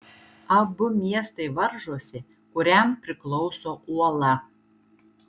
abu miestai varžosi kuriam priklauso uola